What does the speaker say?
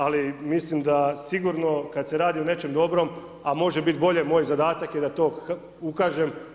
Ali mislim da sigurno kada se radi o nečem dobrom, a može biti bolje, moj zadatak je da to ukažem.